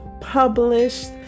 published